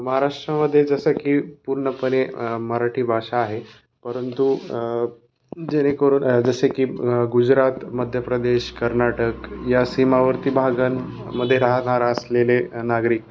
महाराष्ट्रामध्ये जसं की पूर्णपणे मराठी भाषा आहे परंतु जेणेकरून आ जसे की गुजरात मध्य प्र्रदेश कर्नाटक या सीमावरती भागांमध्ये राहणार असलेले नागरिक